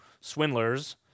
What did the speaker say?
swindlers